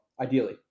Ideally